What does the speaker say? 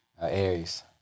Aries